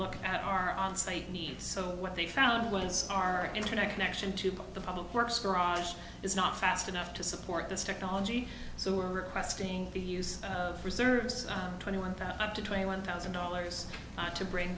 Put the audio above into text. look at our onsite needs so what they found was our internet connection to the public works cross is not fast enough to support this technology so we're requesting the use of reserves twenty one thousand to twenty one thousand dollars to bring